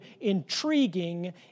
intriguing